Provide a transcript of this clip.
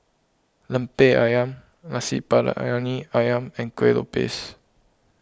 Lemper Ayam Nasi Briyani Ayam and Kuih Lopes